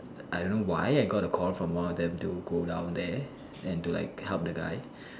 I don't know why I got a call from one of them to go down there and to like help the guy